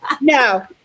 no